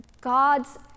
God's